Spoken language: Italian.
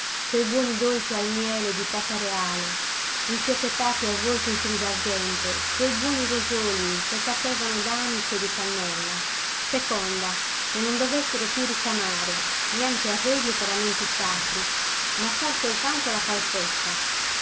quei buoni dolci di miele e di pasta reale infiocchettati e avvolti in fili d'argento quei buoni rosolii che sapevano d'anice e di cannella seconda che non dovessero più ricamare neanche arredi e paramenti sacri ma far soltanto la calzetta